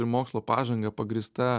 ir mokslo pažanga pagrįsta